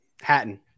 Hatton